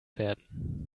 werden